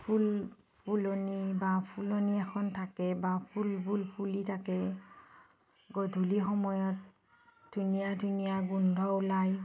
ফুল ফুলনি বা ফুলনি এখন থাকে বা ফুলবোৰ ফুলি থাকে গধূলি সময়ত ধুনীয়া ধুনীয়া গোন্ধ ওলাই